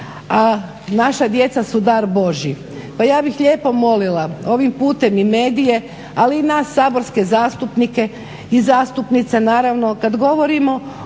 a naša djeca su dar Božji. Pa ja bih lijepo molila ovim putem i medije, ali i nas saborske zastupnike i zastupnice naravno, kad govorimo